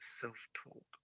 self-talk